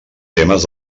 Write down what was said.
temes